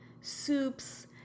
soups